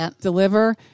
deliver